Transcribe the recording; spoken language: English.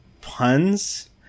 puns